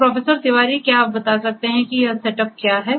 तो प्रोफेसर तिवारी क्या आप बता सकते हैं कि यह सेटअप क्या है